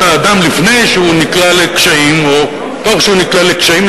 האדם לפני שהוא נקלע לקשיים או תוך שהוא נקלע לקשיים,